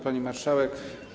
Pani Marszałek!